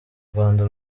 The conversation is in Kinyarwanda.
rwanda